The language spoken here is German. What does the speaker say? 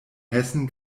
hessen